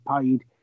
paid